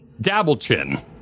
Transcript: Dabblechin